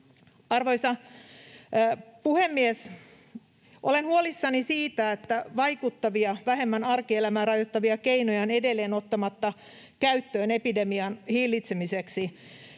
Arvoisa puhemies! Olen huolissani siitä, että vaikuttavia, vähemmän arkielämää rajoittavia keinoja on edelleen ottamatta käyttöön epidemian hillitsemiseksi.